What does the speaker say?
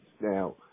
Now